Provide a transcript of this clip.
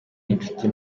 n’inshuti